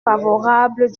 favorable